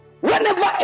Whenever